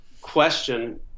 question